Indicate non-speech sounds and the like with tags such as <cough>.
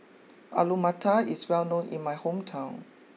<noise> Alu Matar is well known in my hometown